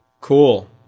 Cool